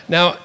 Now